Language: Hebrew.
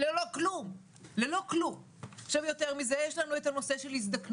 יותר מזה, יש לנו את הנושא של הזדקנות,